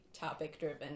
topic-driven